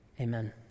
Amen